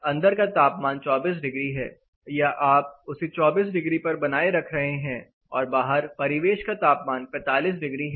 अंदर का तापमान 24 डिग्री है या आप उसे 24 डिग्री पर बनाए रख रहे हैं और बाहर परिवेश का तापमान 45 डिग्री है